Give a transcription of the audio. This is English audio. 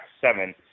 seven